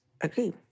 agree